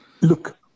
Look